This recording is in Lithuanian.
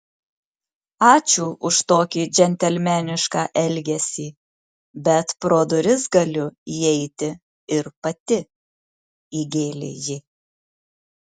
ačiū už tokį džentelmenišką elgesį bet pro duris galiu įeiti ir pati įgėlė ji